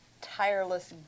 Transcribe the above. tireless